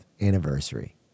anniversary